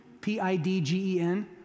P-I-D-G-E-N